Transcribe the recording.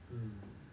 hmm